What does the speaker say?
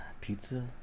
pizza